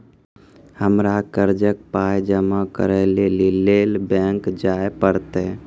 हमरा कर्जक पाय जमा करै लेली लेल बैंक जाए परतै?